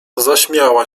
zaśmiała